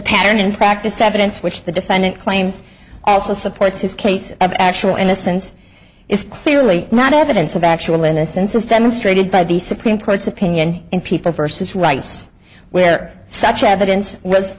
in practice evidence which the defendant claims as the supports his case of actual innocence is clearly not evidence of actual innocence is demonstrated by the supreme court's opinion in people vs rice where such evidence was